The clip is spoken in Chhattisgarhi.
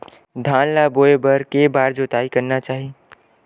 धान ल बोए बर के बार जोताई करना चाही?